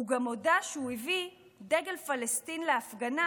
הוא גם הודה שהוא הביא דגל פלסטין להפגנה